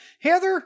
Heather